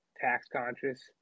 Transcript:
tax-conscious